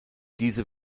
diese